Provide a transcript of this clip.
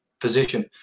position